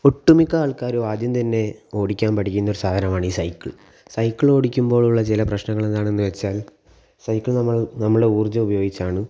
ഒട്ടുമിക്ക ആൾക്കാരും ആദ്യം തന്നെ ഓടിക്കാൻ പഠിക്കുന്ന ഒരു സാധനമാണ് ഈ സൈക്കിൾ സൈക്കിൾ ഓടിക്കുമ്പോൾ ഉള്ള ചില പ്രശ്നങ്ങൾ എന്താണെന്ന് വച്ചാൽ സൈക്കിൾ നമ്മൾ നമ്മുടെ ഊർജ്ജം ഉപയോഗിച്ചാണ്